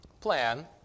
plan